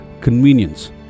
convenience